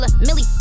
Millie